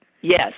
Yes